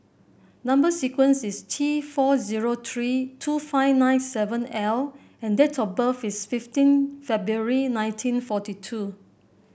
number sequence is T four zero three two five nine seven L and date of birth is fifteen February nineteen forty two